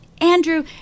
Andrew